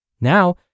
Now